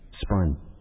spun